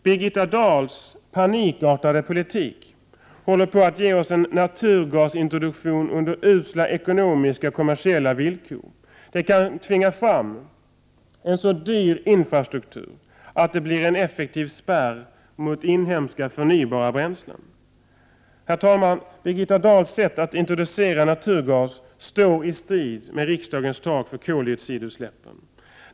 Birgitta Dahls panikartade politik håller på att ge oss en naturgasintroduktion under usla ekonomiska och kommersiella villkor. Det kan tvinga fram en så dyr infrastruktur att det blir en effektiv spärr mot inhemska förnybara bränslen. Herr talman! Birgitta Dahls sätt att introducera naturgas står i strid med riksdagens tak för koldioxidutsläppen.